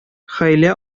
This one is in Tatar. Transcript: хәйлә